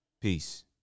Peace